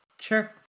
Sure